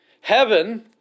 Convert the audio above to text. heaven